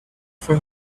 for